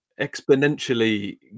exponentially